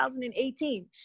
2018